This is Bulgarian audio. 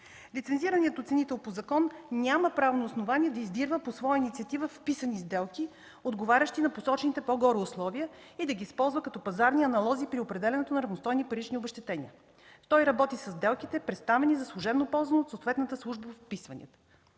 Лицензираният оценител по закон няма правно основание да издирва по своя инициатива вписани сделки, отговарящи на посочените по-горе условия, и да ги използва като пазарни аналози при определянето на равностойни парични обезщетения. Той работи със сделките, представени за служебно ползване от съответната служба по вписванията.